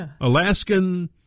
Alaskan